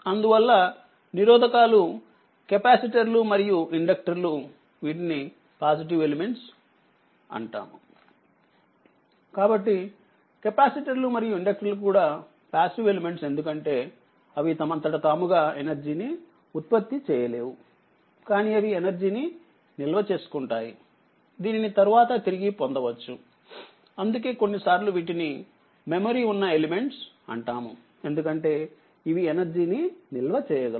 అందువలన నిరోధకాలు కెపాసిటర్లు మరియు ఇండక్టర్లు వీటిని పాసివ్ ఎలెమెంట్స్ అంటాము కాబట్టికెపాసిటర్లు మరియు ఇండక్టర్లు కూడా పాసివ్ ఎలెమెంట్స్ ఎందుకంటేఅవి తమంతట తాముగా ఎనర్జీ ని ఉత్పత్తి చేయలేవు కానీ అవి ఎనర్జీ ని నిల్వ చేసుకుంటాయిదీనినితర్వాత తిరిగి పొందవచ్చు అందుకే కొన్నిసార్లు వీటిని మెమరీ ఉన్న ఎలెమెంట్స్ అంటాము ఎందుకంటే ఇవి ఎనర్జీ ని నిల్వ చేయగలవు